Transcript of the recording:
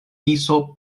tiso